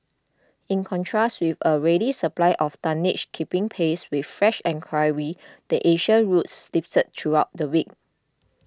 in contrast with a ready supply of tonnage keeping pace with fresh enquiry the Asian routes slipped throughout the week